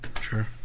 Sure